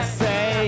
say